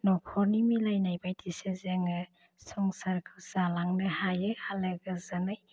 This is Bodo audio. नखरनि मिलायनाय बायदिसो जोङो संसारखौ जालांनो हायो आलो गोजोनै